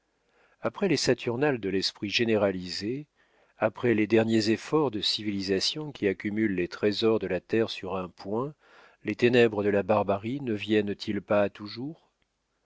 après les saturnales de l'esprit généralisé après les derniers efforts de civilisations qui accumulent les trésors de la terre sur un point les ténèbres de la barbarie ne viennent-ils pas toujours